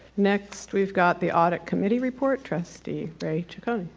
next we've got the audit committee report trustee ray ciccone.